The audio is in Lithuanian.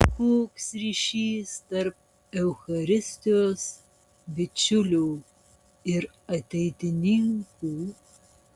koks ryšys tarp eucharistijos bičiulių ir ateitininkų